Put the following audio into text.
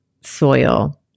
soil